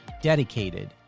dedicated